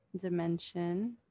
dimension